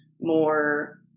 more